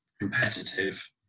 competitive